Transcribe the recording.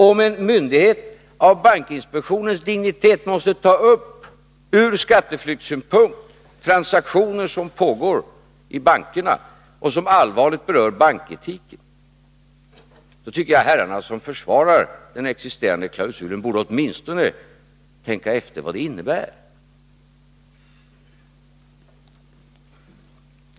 Om en myndighet av bankinspektionens dignitet måste från skatteflyktssynpunkt ta upp transaktioner som pågår i bankerna och som allvarligt berör banketiken tycker jag att herrarna som försvarar den existerande klausulen åtminstone borde tänka efter vad det innebär.